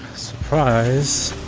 surprise.